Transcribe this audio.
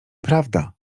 prawda